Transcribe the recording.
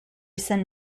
saint